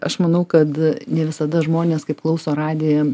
aš manau kad ne visada žmonės kaip klauso radiją